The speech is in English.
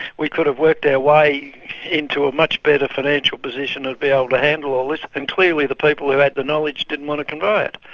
we could have worked our way into a much better financial position to be able to handle all this. and clearly the people who had the knowledge didn't want to convey it.